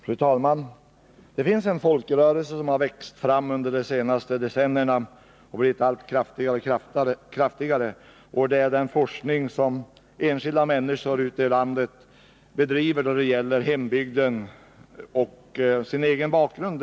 Fru talman! Det finns en folkrörelse som vuxit fram under de senaste decennierna och blivit allt kraftigare, och det är den forskning som enskilda människor ute i landet bedriver om hembygden och, i många fall, sin egen bakgrund.